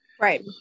Right